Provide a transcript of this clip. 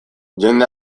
jende